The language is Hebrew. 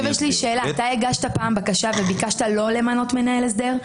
אתה הגשת פעם בקשה וביקשת לא למנות מנהל הסדר?